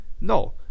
No